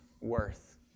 worth